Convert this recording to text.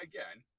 Again